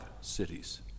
cities